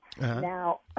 Now